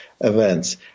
events